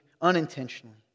unintentionally